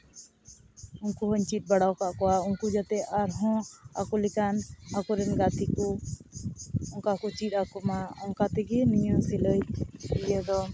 ᱩᱝᱠᱩ ᱦᱚᱧ ᱪᱮᱫ ᱵᱟᱲᱟᱣ ᱠᱟᱜ ᱠᱚᱣᱟ ᱩᱝᱠᱩ ᱡᱟᱛᱮ ᱟᱨᱦᱚᱸ ᱟᱠᱚ ᱞᱮᱠᱟᱱ ᱟᱠᱚ ᱨᱮᱱ ᱜᱟᱛᱮ ᱠᱚ ᱚᱝᱠᱟ ᱠᱚ ᱪᱮᱫ ᱟᱠᱚᱢᱟ ᱚᱝᱠᱟ ᱛᱮᱜᱮ ᱱᱤᱭᱟᱹ ᱥᱤᱞᱟᱹᱭ ᱤᱭᱟᱹ ᱫᱚ